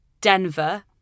Denver